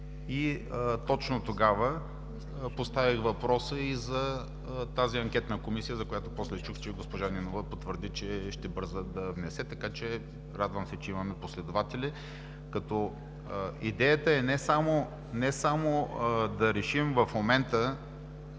Точно тогава поставих въпроса и за тази Анкетна комисия, за която после чух, че и госпожа Нинова потвърди, че ще бърза да внесе. Радвам се, че имаме последователи. Идеята е не само да решим в момента